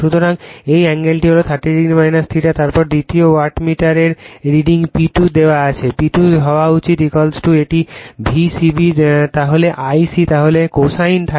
সুতরাং এই এ্যাঙ্গেলটি হলো 30o θ তারপর দ্বিতীয় ওয়াটমিটার এর রিডিং P2 দেওয়া আছে P2 হওয়া উচিত এটি V c b তাহলে I c তাহলে cosine 30o θ